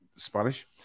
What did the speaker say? spanish